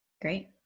Great